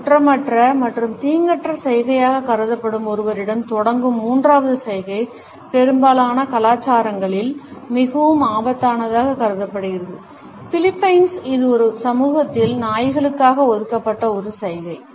ஒரு குற்றமற்ற மற்றும் தீங்கற்ற சைகையாகக் கருதப்படும் ஒருவரிடம் தொடங்கும் மூன்றாவது சைகை பெரும்பாலான கலாச்சாரங்களில் மிகவும் ஆபத்தானதாகக் கருதப்படுகிறது பிலிப்பைன்ஸில் இது சமூகத்தில் நாய்களுக்காக ஒதுக்கப்பட்ட ஒரு சைகை